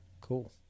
Cool